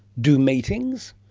do meetings?